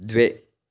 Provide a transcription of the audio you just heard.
द्वे